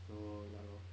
so ya lor